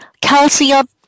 calcium